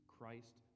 Christ